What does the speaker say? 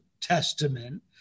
Testament